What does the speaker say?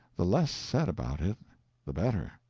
the less said about it the better.